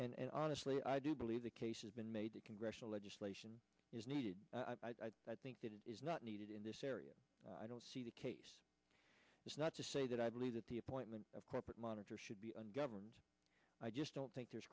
and honestly i do believe the case has been made the congressional legislation is needed i think that it is not needed in this area i don't see the case is not to say that i believe that the appointment of corporate monitor should be ungoverned i just don't think there's